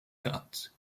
cut